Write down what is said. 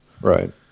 Right